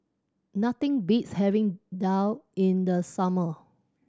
nothing beats having daal in the summer